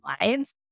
lives